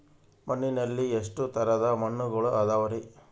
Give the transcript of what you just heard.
ಮಣ್ಣಿನಲ್ಲಿ ಎಷ್ಟು ತರದ ಮಣ್ಣುಗಳ ಅದವರಿ?